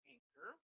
Anchor